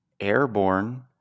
airborne